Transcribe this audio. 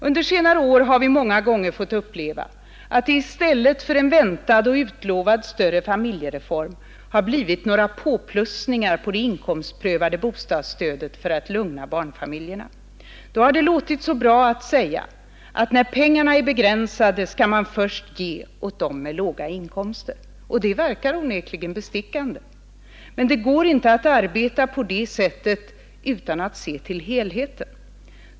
Under senare år har vi många gånger fått uppleva att i stället för en väntad och utlovad större familjereform det blivit några påplussningar på det inkomstprövade bostadsstödet för att lugna barnfamiljerna. Då har det låtit så bra att säga att när pengarna är begränsade, skall man först ge åt dem med låga inkomster. Det verkar onekligen bestickande. Men det går inte att arbeta på det sättet utan att se till helheten.